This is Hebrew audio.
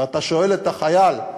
ואתה שואל את החייל,